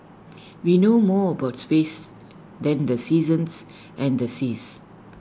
we know more about space than the seasons and the seas